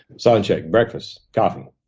sound check. breakfast. coffee.